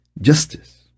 justice